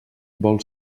vol